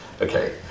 Okay